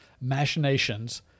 machinations